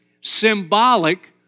symbolic